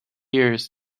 years